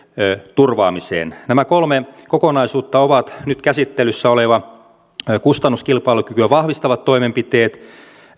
turvaamiseen nämä kolme kokonaisuutta ovat nyt käsittelyssä olevat kustannuskilpailukykyä vahvistavat toimenpiteet